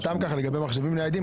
לגבי מחשבים ניידים,